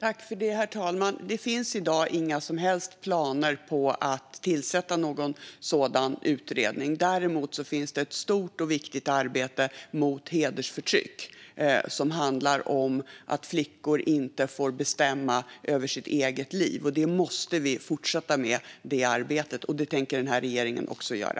Herr talman! Det finns i dag inga som helst planer på att tillsätta någon sådan utredning. Däremot finns det ett stort och viktigt arbete mot hedersförtryck, som innebär att flickor inte får bestämma över sitt eget liv. Det arbetet måste vi fortsätta med, och det tänker den här regeringen också göra.